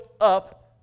up